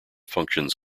functions